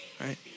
right